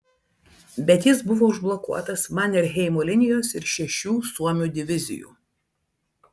bet jis buvo užblokuotas manerheimo linijos ir šešių suomių divizijų